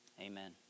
Amen